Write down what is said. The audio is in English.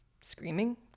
screaming